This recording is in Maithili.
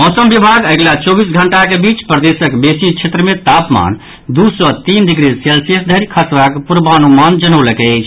मौसम विभाग अगिला चौबीस घंटाक बीच प्रदेशक वेसी क्षेत्रक मे तापमान दू सँ तीन डिग्री सेल्सियस धरि खसबाक पूर्वानुमान जनौलक अछि